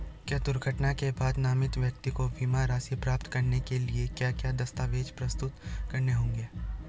क्या दुर्घटना के बाद नामित व्यक्ति को बीमा राशि प्राप्त करने के लिए क्या क्या दस्तावेज़ प्रस्तुत करने होंगे?